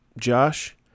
Josh